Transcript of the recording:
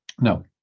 No